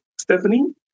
Stephanie